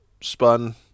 spun